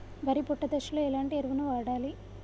వరి పొట్ట దశలో ఎలాంటి ఎరువును వాడాలి?